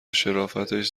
شرافتش